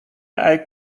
eik